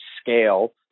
scale